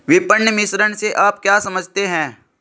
विपणन मिश्रण से आप क्या समझते हैं?